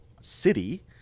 City